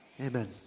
Amen